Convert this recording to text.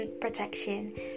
protection